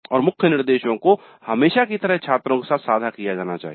और मुख्य निर्देशों को हमेशा की तरह छात्रों के साथ साझा किया जाना चाहिए